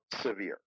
severe